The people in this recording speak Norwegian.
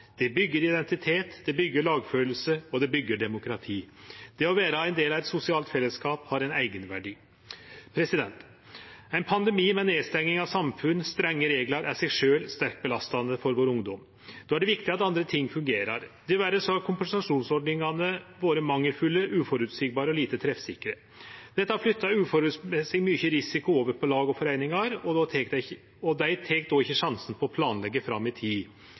identitet, det byggjer lagkjensle, og det byggjer demokrati. Det å vere ein del av eit sosialt fellesskap har ein eigenverdi. Ein pandemi med nedstenging av samfunn og strenge reglar er i seg sjølv sterkt belastande for vår ungdom. Då er det viktig at andre ting fungerer. Diverre har kompensasjonsordningane vore mangelfulle, uføreseielege og lite treffsikre. Dette har flytta uforholdsmessig mykje risiko over på lag og foreiningar, og dei tek då ikkje sjansen på å planleggje fram i tid.